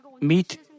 meet